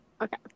Okay